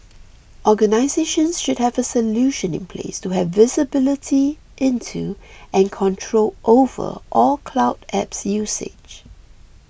organisations should have a solution in place to have visibility into and control over all cloud apps usage